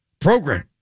program